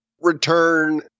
return